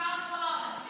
יישר כוח.